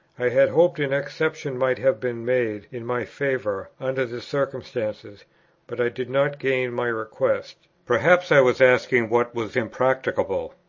i had hoped an exception might have been made in my favour, under the circumstances but i did not gain my request. perhaps i was asking what was impracticable,